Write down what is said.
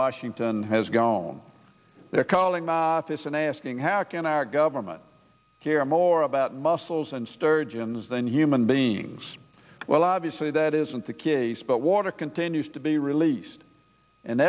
washington has grown they're calling my office and asking how can our government hear more about mussels and sturgeons than human beings well obviously that isn't the case but water continues to be released and